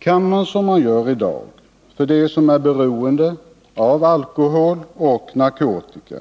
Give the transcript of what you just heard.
Kan man som i dag, för dem som är beroende av alkohol och narkotika,